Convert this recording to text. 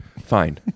fine